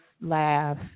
laugh